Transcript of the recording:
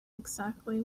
exactly